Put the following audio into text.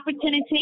opportunity